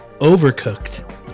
Overcooked